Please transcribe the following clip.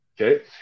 Okay